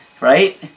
Right